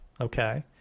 okay